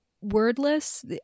wordless